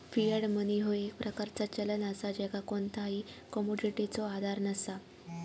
Fiat money ह्यो एक प्रकारचा चलन असा ज्याका कोणताही कमोडिटीचो आधार नसा